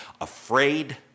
afraid